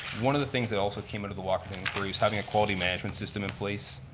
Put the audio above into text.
one of the things that also came out of the walkerton inquiry is having a quality management system in place.